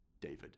David